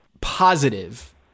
positive